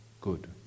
Good